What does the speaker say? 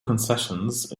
concessions